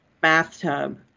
bathtub